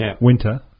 winter